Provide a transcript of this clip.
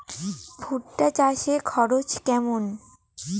ভুট্টা চাষে খরচ কেমন?